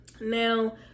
Now